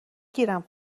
گیرم